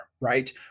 right